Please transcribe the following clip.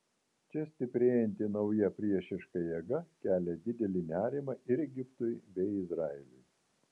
čia stiprėjanti nauja priešiška jėga kelia didelį nerimą ir egiptui bei izraeliui